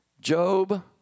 Job